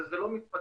אבל זה לא מתפתח,